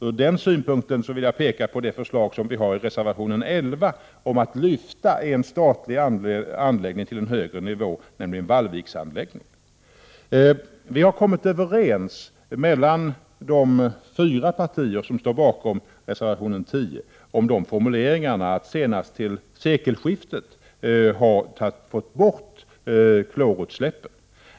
Ur den synpunkten vill jag framhålla det förslag vi har i reservation 11 om att lyfta en statlig anläggning till en högre nivå, nämligen Vallviksanläggningen. De fyra partier som står bakom reservation 10 har kommit överens om formuleringen att man senast till sekelskiftet skall ha fått bort klorutsläppen.